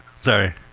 Sorry